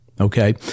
Okay